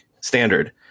standard